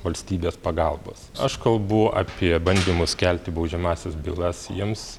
valstybės pagalbos aš kalbu apie bandymus kelti baudžiamąsias bylas jiems